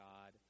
God